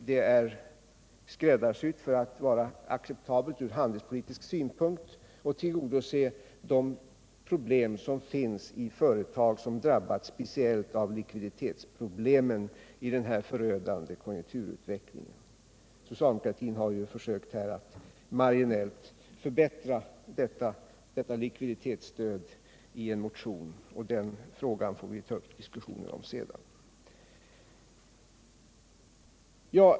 Det är skräddarsytt för att vara acceptabelt ur handelspolitisk synpunkt och tillgodose de problem som finns i företag som drabbats speciellt av likviditetsproblem i den här konjunkturutvecklingen. Socialdemokraterna har väckt en motion om förbättring av detta likviditetsstöd, och vi får ta upp diskussionen om den senare.